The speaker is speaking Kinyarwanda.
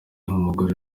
nk’umugore